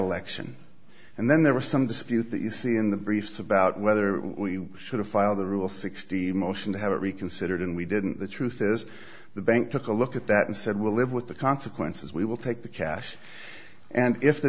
election and then there was some dispute that you see in the briefs about whether we should have filed the rule sixty motion to have it reconsidered and we didn't the truth is the bank took a look at that and said we'll live with the consequences we will take the cash and if the